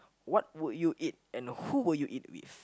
what would you eat and who would you eat with